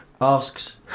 asks